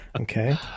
Okay